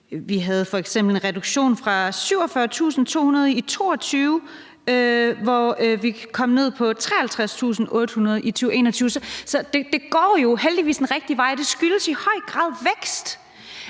Vi havde f.eks. en reduktion, hvor det var 47.200 i 2022 og 53.800 i 2021. Så det går jo heldigvis den rigtige vej, og det skyldes i høj grad vækst.